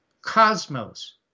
Cosmos